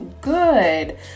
good